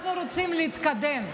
אנחנו רוצים להתקדם,